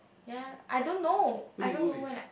ya I don't know I don't know when I